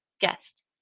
Guest